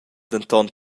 denton